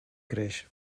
creix